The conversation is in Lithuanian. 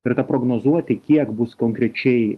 ir tą prognozuoti kiek bus konkrečiai